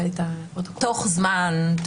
תוך זמן.